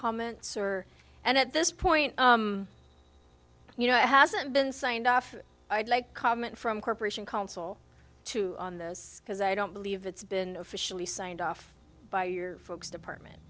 comments or and at this point you know it hasn't been signed off i'd like comment from corporation council to this because i don't believe it's been officially signed off by your folks department